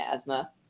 asthma